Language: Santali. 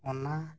ᱚᱱᱟ